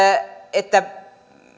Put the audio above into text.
että